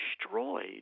destroyed